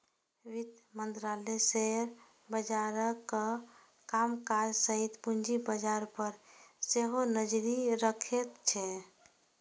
वित्त मंत्रालय शेयर बाजारक कामकाज सहित पूंजी बाजार पर सेहो नजरि रखैत छै